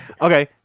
Okay